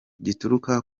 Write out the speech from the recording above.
gituruka